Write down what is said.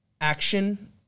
action